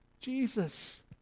Jesus